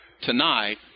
Tonight